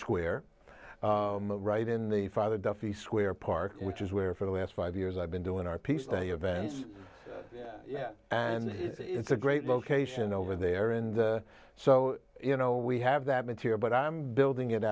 square right in the father duffy square park which is where for the last five years i've been doing our piece to events and it's a great location over there and so you know we have that material but i'm building it